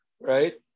right